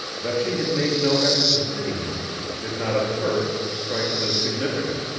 that she had made no effort to free him did not at first strike him as significant.